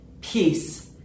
peace